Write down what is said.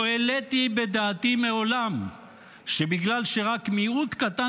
לא העליתי בדעתי מעולם שבגלל שרק מיעוט קטן